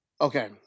okay